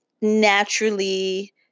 naturally –